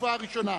התקופה הראשונה),